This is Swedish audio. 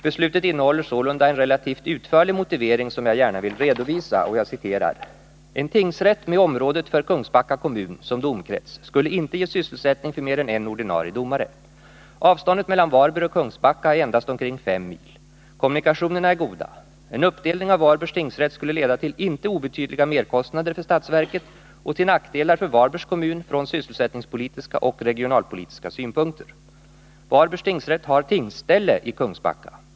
Beslutet innehåller sålunda en relativt utförlig motivering som jag gärna vill redovisa: ”En tingsrätt med området för Kungsbacka kommun som domkrets skulle inte ge sysselsättning för mer än en ordinarie domare. Avståndet mellan Varberg och Kungsbacka är endast omkring fem mil. Kommunikationerna är goda. En uppdelning av Varbergs tingsrätt skulle leda till inte obetydliga merkostnader för statsverket och till nackdelar för Varbergs kommun från sysselsättningspolitiska och regionalpolitiska synpunkter. Varbergs tingsrätt har tingsställe i Kungsbacka.